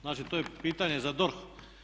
Znači, to je pitanje za DORH.